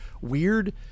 weird